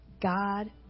God